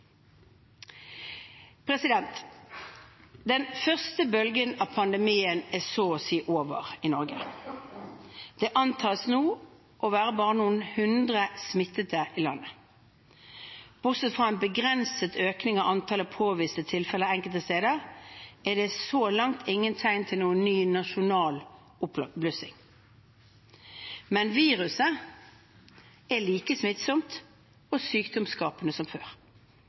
Den første bølgen av pandemien er så å si over i Norge. Det antas nå å være bare noen hundre smittede i landet. Bortsett fra en begrenset økning av antall påviste tilfeller enkelte steder er det så langt ingen tegn til noen ny nasjonal oppblussing. Men viruset er like smittsomt og sykdomsskapende som før,